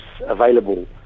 available